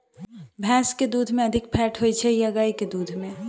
भैंस केँ दुध मे अधिक फैट होइ छैय या गाय केँ दुध में?